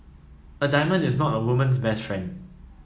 a diamond is not a woman's best friend